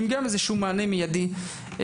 עם גם איזה שהוא מענה מיידי להורים.